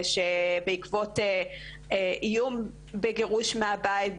כך שבעקבות איום בגירוש מהבית,